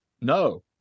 No